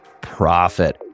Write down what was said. profit